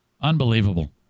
Unbelievable